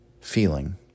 feeling